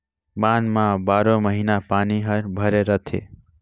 बांध म बारो महिना पानी हर भरे रथे